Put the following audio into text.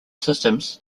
systems